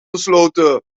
gesloten